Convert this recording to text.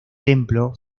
templo